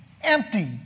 empty